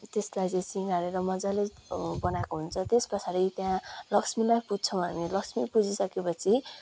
त्यसलाई चाहिँ सृङ्गारेर मज्जाले बनाएको हुन्छ त्यस पछाडि त्यहाँ लक्ष्मीलाई पुज्छौँ हामी लक्ष्मीलाई पुजि सकेपछि